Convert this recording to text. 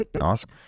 Awesome